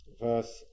verse